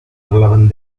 parlaven